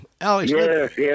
Alex